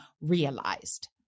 realized